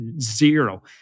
zero